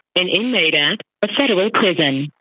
an inmate at a federal prison.